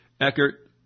Eckert